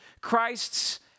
Christ's